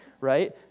right